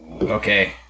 Okay